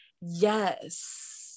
Yes